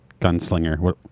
gunslinger